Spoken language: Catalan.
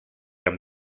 amb